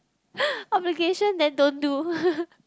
obligation then don't do